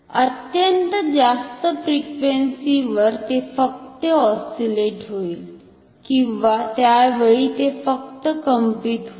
अत्यंत जास्त फ्रिक्वेन्सी वर ते फक्त ऑस्सिलेट होईल किंवा त्यावेळी ते फक्त कंपित होईल